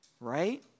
Right